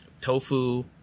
tofu